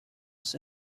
was